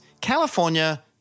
California